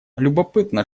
любопытно